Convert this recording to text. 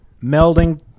melding